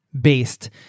based